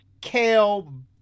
kale